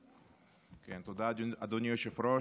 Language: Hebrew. תודה, אדוני היושב-ראש.